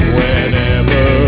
Whenever